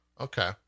Okay